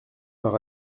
par